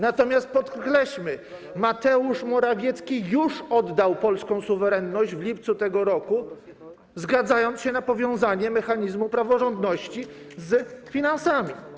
Natomiast podkreślmy, Mateusz Morawiecki już oddał polską suwerenność w lipcu tego roku, zgadzając się na powiązanie mechanizmu praworządności z finansami.